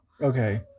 Okay